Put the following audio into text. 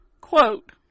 Quote